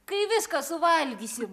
kai viską suvalgysim